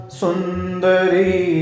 sundari